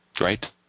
Right